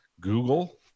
Google